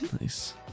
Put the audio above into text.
Nice